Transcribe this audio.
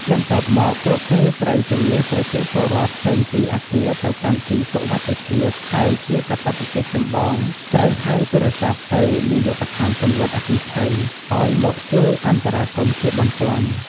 បន្ទាប់មក ពួកគេត្រូវ ជម្លៀសប្រជាពលរដ្ឋ ចេញពីអគារទៅកាន់ទីសុវត្ថិភាព ហើយជាកាតព្វកិច្ចចម្បង ត្រូវ ហៅទូរស័ព្ទទៅនាយកដ្ឋានពន្លត់អគ្គិភ័យ ឲ្យមកជួយអន្តរាគមន៍ជាបន្ទាន់។